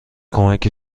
کمک